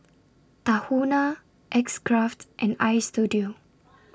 Tahuna X Craft and Istudio